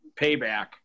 payback